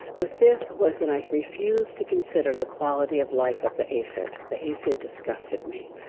the fifth was that i refused to consider the quality of life of the aphid, the aphid disgusted me.